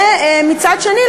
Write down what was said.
ומצד שני,